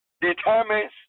Determines